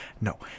No